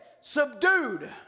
subdued